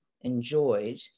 enjoyed